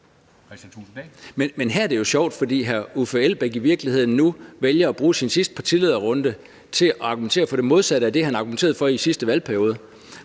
Det er jo sjovt, for hr. Uffe Elbæk vælger nu i virkeligheden at bruge sin sidste partilederrunde til at argumentere for det modsatte af det, han argumenterede for i sidste valgperiode,